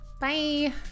Bye